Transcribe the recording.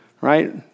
right